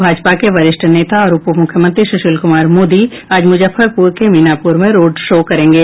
भाजपा के वरिष्ठ नेता और उप मुख्यमंत्री सुशील कुमार मोदी आज मुजफ्फरपुर के मीनापुर में रोड शो करेंगे